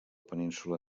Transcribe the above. península